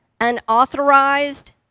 unauthorized